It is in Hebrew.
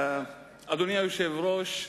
אדוני היושב-ראש,